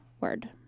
word